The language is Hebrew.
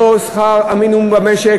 לא שכר המינימום במשק,